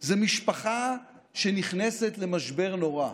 זה משפחה שנכנסת למשבר נורא,